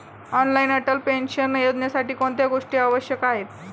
Online Atal pension योजनेसाठी कोणत्या गोष्टी आवश्यक आहेत?